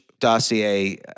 dossier